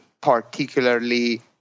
particularly